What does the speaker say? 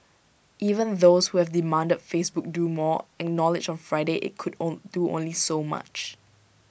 even those who have demanded Facebook do more in knowledge on Friday IT could own do only so much